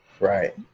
Right